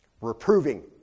Reproving